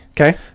Okay